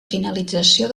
finalització